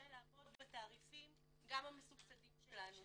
לעמוד גם בתעריפים המסובסדים שלנו.